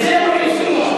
כי היא משלמת מחיר יקר.